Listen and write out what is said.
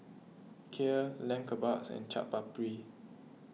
Kheer Lamb Kebabs and Chaat Papri